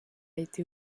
été